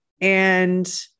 And-